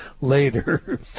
later